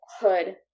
hood